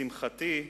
לשמחתי,